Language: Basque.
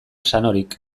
sanorik